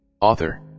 Author